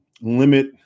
limit